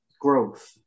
growth